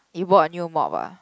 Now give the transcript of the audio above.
you bought a new mop ah